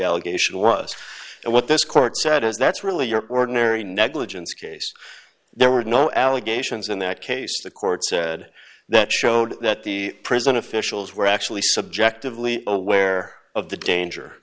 allegation was and what this court said is that's really your ordinary negligence case there were no allegations in that case the court said that showed that the prison officials were actually subjectively aware of the danger